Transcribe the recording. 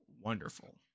wonderful